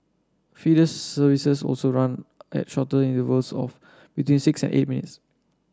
feeder services also run at shorter intervals of between six and eight minutes